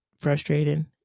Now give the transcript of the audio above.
frustrating